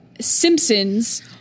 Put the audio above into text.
simpsons